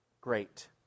great